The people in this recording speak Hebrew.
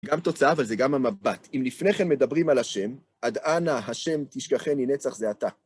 גם תוצאה, אבל זה גם המבט. אם לפני כן מדברים על השם עד אנה השם תשכחני נצח, זה אתה.